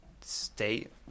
state